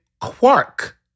quark